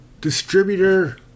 distributor